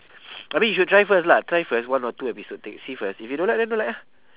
I mean you should try first lah try first one or two episode take see first if you don't like then don't like lah